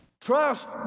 Trust